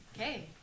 Okay